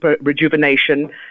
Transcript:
rejuvenation